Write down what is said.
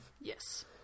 Yes